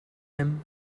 him